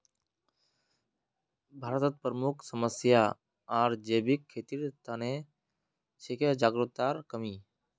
भारतत प्रमुख समस्या आर जैविक खेतीर त न छिके जागरूकतार कमी